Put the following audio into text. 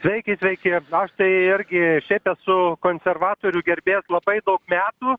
sveiki sveiki aš tai irgi šiaip esu konservatorių gerbėjas labai daug metų